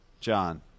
John